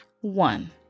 One